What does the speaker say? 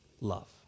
love